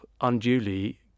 unduly